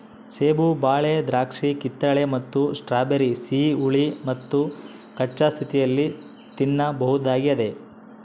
ಸೇಬು ಬಾಳೆ ದ್ರಾಕ್ಷಿಕಿತ್ತಳೆ ಮತ್ತು ಸ್ಟ್ರಾಬೆರಿ ಸಿಹಿ ಹುಳಿ ಮತ್ತುಕಚ್ಚಾ ಸ್ಥಿತಿಯಲ್ಲಿ ತಿನ್ನಬಹುದಾಗ್ಯದ